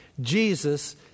Jesus